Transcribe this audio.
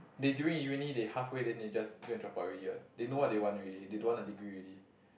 they doing uni they halfway then they just go and drop out already what they know what they want already they don't want a degree already